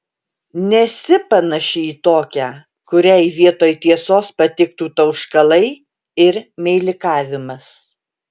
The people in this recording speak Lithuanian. nesi panaši į tokią kuriai vietoj tiesos patiktų tauškalai ir meilikavimas